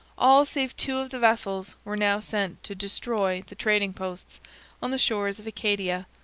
all save two of the vessels were now sent to destroy the trading-posts on the shores of acadia,